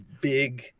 big